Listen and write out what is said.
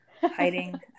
Hiding